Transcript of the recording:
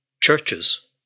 churches